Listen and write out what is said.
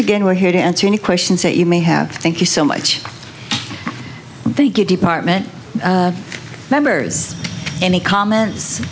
again we're here to answer any questions that you may have thank you so much they give department members any comments